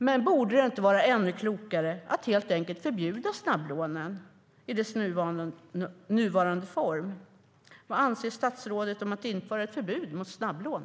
Men borde det inte vara ännu klokare att helt enkelt förbjuda snabblånen i deras nuvarande form? Vad anser statsrådet om att införa ett förbud mot snabblån?